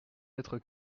être